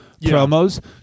promos